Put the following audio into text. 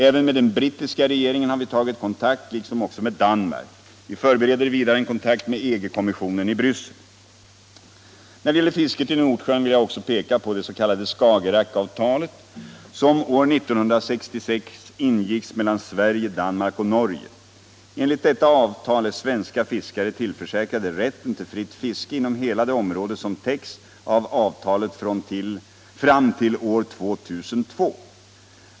Även med den brittiska regeringen har vi tagit kontakt, liksom med Danmark. Vi förbereder vidare en kontakt med EG-kommissionen i Bryssel. När det gäller fisket i Nordsjön vill jag också peka på det s.k. Skagerakavtalet, som år 1966 ingicks mellan Sverige, Danmark och Norge. Enligt detta avtal är svenska fiskare tillförsäkrade rätten till fritt fiske inom hela det område som täcks av avtalet fram till år 2002.